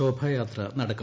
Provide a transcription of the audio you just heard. ശോഭയാത്ര നടക്കും